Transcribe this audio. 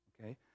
Okay